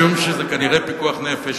משום שזה כנראה פיקוח נפש,